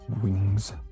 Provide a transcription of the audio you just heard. Wings